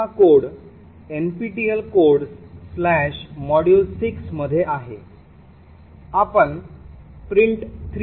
हा code NPTEL Codesmodule6 मध्ये आहे आपण print3a